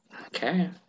Okay